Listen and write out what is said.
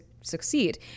succeed